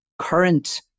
Current